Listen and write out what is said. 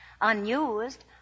unused